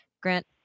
Grant